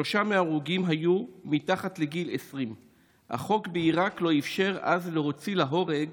שלושה מההרוגים היו מתחת לגיל 20. החוק בעיראק לא אפשר אז להוציא להורג